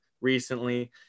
recently